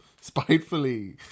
spitefully